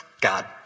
God